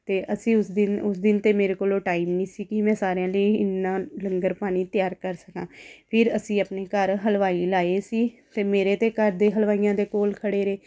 ਅਤੇ ਅਸੀਂ ਉਸ ਦਿਨ ਉਸ ਦਿਨ ਤਾਂ ਮੇਰੇ ਕੋਲੋਂ ਟਾਈਮ ਨਹੀਂ ਸੀ ਕਿ ਮੈਂ ਸਾਰਿਆਂ ਲਈ ਇੰਨਾਂ ਲੰਗਰ ਪਾਣੀ ਤਿਆਰ ਕਰ ਸਕਾਂ ਫਿਰ ਅਸੀਂ ਆਪਣੇ ਘਰ ਹਲਵਾਈ ਲਾਏ ਸੀ ਫਿਰ ਮੇਰੇ ਤਾਂ ਘਰ ਦੇ ਹਲਵਾਈਆਂ ਦੇ ਕੋਲ ਖੜ੍ਹੇ ਰਹੇ